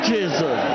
Jesus